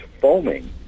foaming